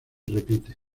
repite